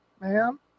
Ma'am